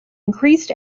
increased